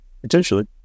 Potentially